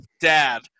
dad